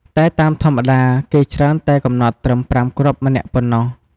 តែតាមធម្មតា គេច្រើនតែកំណត់ត្រឹម ៥ គ្រាប់ម្នាក់ប៉ុណ្ណោះ។